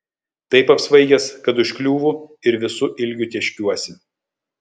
taip apsvaigęs kad užkliūvu ir visu ilgiu tėškiuosi